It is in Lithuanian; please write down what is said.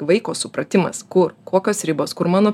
vaiko supratimas kur kokios ribos kur mano